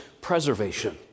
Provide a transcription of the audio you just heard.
preservation